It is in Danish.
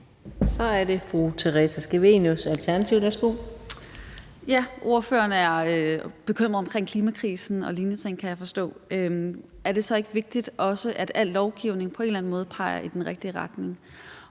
Kl. 18:14 Theresa Scavenius (ALT): Ordføreren er bekymret for klimakrisen og lignende ting, kan jeg forstå. Er det så ikke også vigtigt, at al lovgivning på en eller anden måde peger i den rigtige retning?